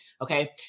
Okay